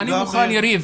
אני מוכן יריב,